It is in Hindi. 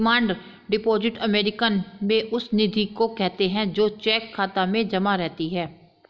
डिमांड डिपॉजिट अमेरिकन में उस निधि को कहते हैं जो चेक खाता में जमा रहती है